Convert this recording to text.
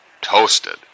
toasted